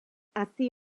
hazi